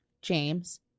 James